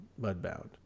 Mudbound